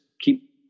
keep